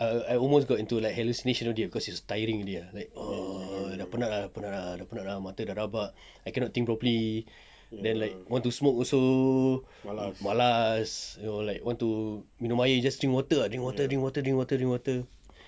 I I almost got into like hallucination already cause it's tiring already ah like oh dah penat ah dah penat ah dah penat ah mata dah rabak I cannot think properly then like want to smoke also malas you know like want to minum air just drink water ah drink water drink water drink water drink water